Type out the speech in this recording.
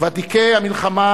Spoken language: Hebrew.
ותיקי המלחמה,